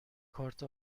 کارت